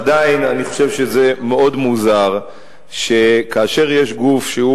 עדיין אני חושב שזה מאוד מוזר שכאשר יש גוף שהוא